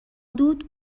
دود